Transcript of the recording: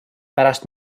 pärast